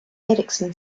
eriksson